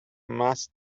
must